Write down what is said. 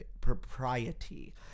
propriety